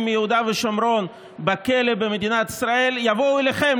מיהודה ושומרון בכלא במדינת ישראל יבואו אליכם,